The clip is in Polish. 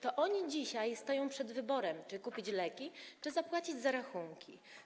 To oni dzisiaj stają przed wyborem, czy kupić leki, czy zapłacić rachunki.